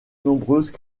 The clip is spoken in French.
nombreuses